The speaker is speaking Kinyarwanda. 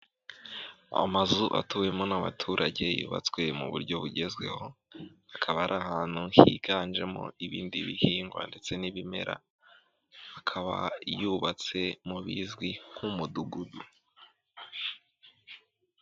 Amazu atuwemo n'abaturage yubatswe mu buryo bugezweho, akaba ari ahantu higanjemo ibindi bihingwa ndetse n'ibimera, akaba y'ubatse mu bizwi nk'umudugudu.